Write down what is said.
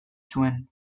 zuen